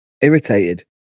irritated